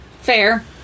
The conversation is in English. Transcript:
Fair